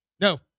No